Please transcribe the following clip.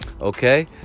okay